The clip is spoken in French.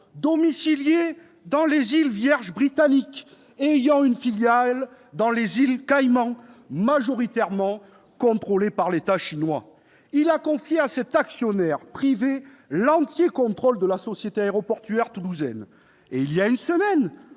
domiciliée dans les îles Vierges britanniques et ayant une filiale dans les îles Caïmans, majoritairement contrôlée par l'État chinois. Il a confié à cet actionnaire privé l'entier contrôle de la société aéroportuaire toulousaine. Il y a une semaine,